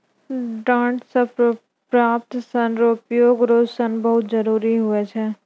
डांट से प्राप्त सन रो उपयोग रो सन बहुत जरुरी हुवै छै